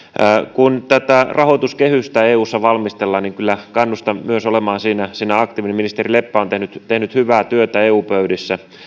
kun tätä rahoituskehystä eussa valmistellaan kyllä kannustan olemaan myös siinä aktiivinen ministeri leppä on tehnyt hyvää työtä eu pöydissä